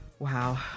Wow